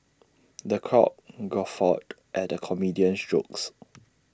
the crowd guffawed at the comedian's jokes